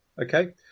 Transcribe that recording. Okay